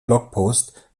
blogpost